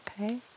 okay